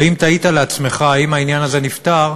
ואם תהית לעצמך האם העניין הזה נפתר,